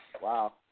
wow